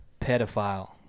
pedophile